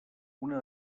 una